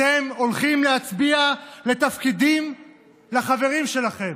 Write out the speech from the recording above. אתם הולכים להצביע על תפקידים לחברים שלכם,